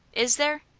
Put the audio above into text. is there?